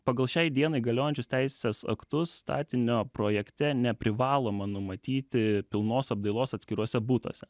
pagal šiai dienai galiojančius teisės aktus statinio projekte neprivaloma numatyti pilnos apdailos atskiruose butuose